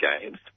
Games